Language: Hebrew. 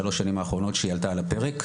שלוש שנים האחרונות שהיא עלתה על הפרק,